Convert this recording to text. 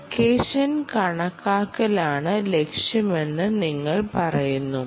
location കണക്കാക്കലാണ് ലക്ഷ്യമെന്ന് നിങ്ങൾ പറയുന്നു